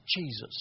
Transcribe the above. Jesus